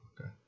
Okay